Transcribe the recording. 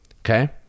Okay